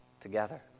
together